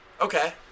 Okay